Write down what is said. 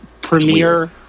Premiere